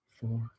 four